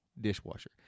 dishwasher